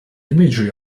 imagery